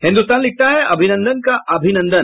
हिन्दुस्तान लिखता है अभिनंदन का अभिनंदन